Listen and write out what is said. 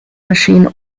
machine